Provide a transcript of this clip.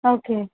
okay